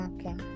Okay